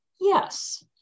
Yes